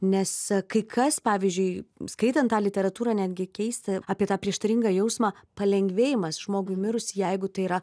nes kai kas pavyzdžiui skaitant tą literatūrą netgi keista apie tą prieštaringą jausmą palengvėjimas žmogui mirus jeigu tai yra